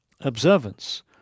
observance